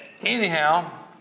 Anyhow